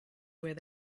where